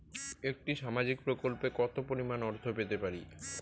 একটি সামাজিক প্রকল্পে কতো পরিমাণ অর্থ পেতে পারি?